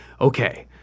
Okay